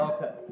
Okay